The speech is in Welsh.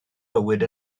bywyd